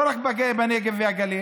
לא רק בנגב והגליל.